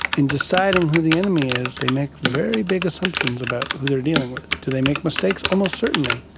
in deciding who the enemy is, they make very big assumptions about who they are dealing with. do they make mistakes? almost certainly.